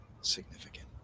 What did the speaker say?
significant